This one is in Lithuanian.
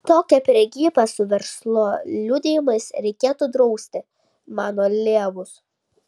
tokią prekybą su verslo liudijimais reikėtų drausti mano liebus